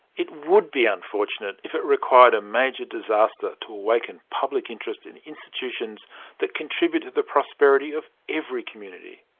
it would be unfortunate if it required a major disaster to awaken public interest in institutions that contribute to the prosperity of every community.